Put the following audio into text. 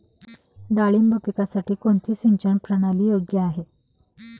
डाळिंब पिकासाठी कोणती सिंचन प्रणाली योग्य आहे?